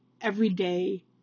everyday